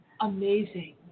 amazing